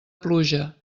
pluja